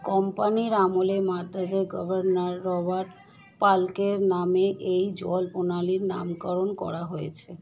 কোম্পানির আমলে মাদ্রাজের গভর্নর রবার্ট পাল্কের নামে এই জলপ্রণালীর নামকরণ করা হয়েছে